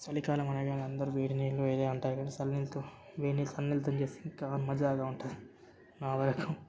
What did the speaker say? చలికాలం అనగానే అందరూ వేడి నీళ్ళు ఇదే అంటారు చల్ల నీళ్ళతో వేడి నీళ్ళతో చల్ల నీళ్ళతో చేస్తే ఇంకా మజాగా ఉంటుంది నా వరకు